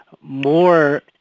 more